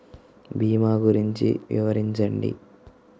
భీమా గురించి వివరించండి?